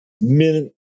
min